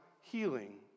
healing